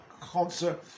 concert